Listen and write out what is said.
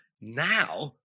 now